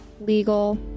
legal